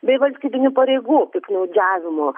bei valstybinių pareigų piktnaudžiavimu